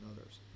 others